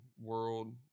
world